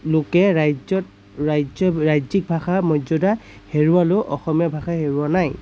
লোকে ৰাজ্যত ৰাজ্য ৰাজ্যিক ভাষাৰ মৰ্যাদা হেৰুৱালেও অসমীয়া ভাষাই হেৰুওৱা নাই